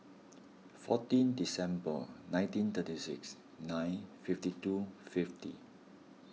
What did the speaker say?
fourteen December nineteen thirty six nine fifty two fifty